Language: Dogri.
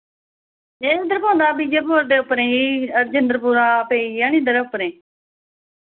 एह् इद्धर पौंदा बिजयपुर दे उप्परें ई रजिंदरपुरा पेइया निं इद्धर उप्परें